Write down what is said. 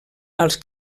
als